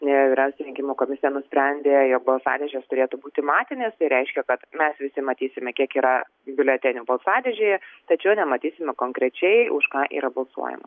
vyriausia rinkimų komisija nusprendė jog balsadėžės turėtų būti matinės tai reiškia kad mes visi matysime kiek yra biuletenių balsadėžėje tačiau nematysime konkrečiai už ką yra balsuojama